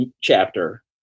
chapter